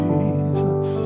Jesus